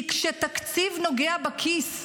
כי כשתקציב נוגע בכיס,